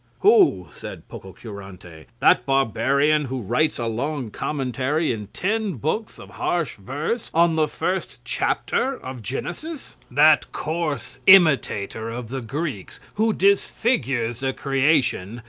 who? said pococurante, that barbarian, who writes a long commentary in ten books of harsh verse on the first chapter of genesis that coarse imitator of the greeks, who disfigures the creation,